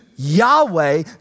Yahweh